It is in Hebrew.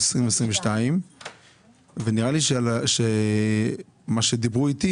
החלטת הממשלה טרם עברה, ועל כן הכספים עוד לא